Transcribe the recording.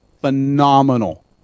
phenomenal